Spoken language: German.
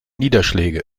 niederschläge